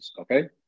okay